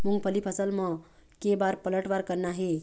मूंगफली फसल म के बार पलटवार करना हे?